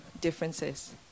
differences